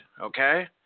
okay